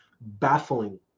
baffling